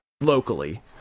Locally